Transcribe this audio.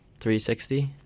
360